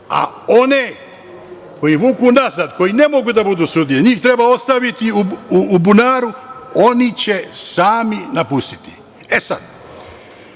a one koji vuku nazad, koji ne mogu da budu sudije, njih treba ostaviti u bunaru, oni će sami napustiti. Šta